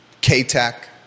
K-Tech